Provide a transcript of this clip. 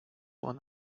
one